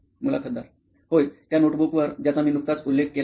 मुलाखतदार होय त्या नोटबुकवर ज्याचा मी नुकताच उल्लेख केला आहे